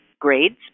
grades